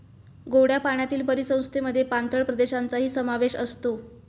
गोड्या पाण्यातील परिसंस्थेमध्ये पाणथळ प्रदेशांचाही समावेश असतो